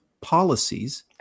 policies